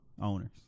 owners